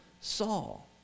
Saul